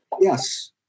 Yes